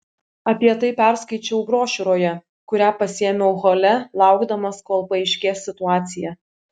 apie tai perskaičiau brošiūroje kurią pasiėmiau hole laukdamas kol paaiškės situacija